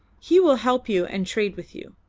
he will help you and trade with you.